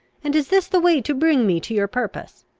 and is this the way to bring me to your purpose?